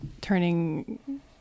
turning